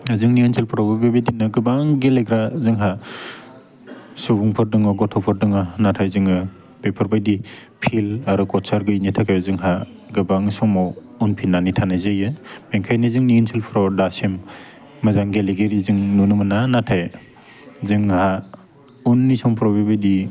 जोंनि ओनसोलफोरावबो बेबायदिनो गोबां गेलेग्रा जोंहा सुबुंफोर दङ गथ'फोर दङ नाथाय जोङो बेफोरबायदि फिल्द आरो कच्चार गैयैनि थाखाय जोंहा गोबां समाव उनफिन्नानै थानाय जायो ओंखायनो जोंनि ओनसोलफ्राव दासिम मोजां गेलेगिरि जों नुनो मोना नाथाय जोंहा उननि समफोराव बेबायदि